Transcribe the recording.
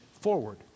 forward